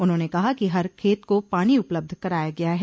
उन्होंने कहा कि हर खेत को पानी उपलब्ध कराया गया है